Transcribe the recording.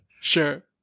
sure